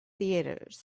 theatres